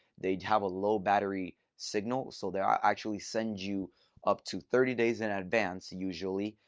they have a low battery signal. so they'll actually send you up to thirty days in advance, usually,